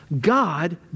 God